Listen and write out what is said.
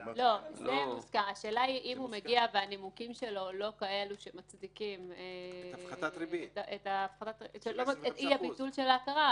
השאלה אם הוא מגיע והנימוקים שלו לא כאלה שמצדיקים את אי-ביטול ההכרה,